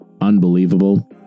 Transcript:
unbelievable